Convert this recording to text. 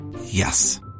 Yes